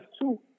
two